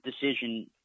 decision